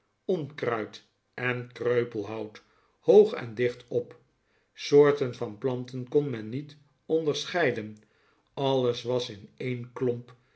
onkruid en kreupelhout hoog en dicht op soorten van planten kon men niet onderscheiden alles was in een klomp